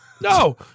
No